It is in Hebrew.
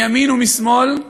מימין ומשמאל,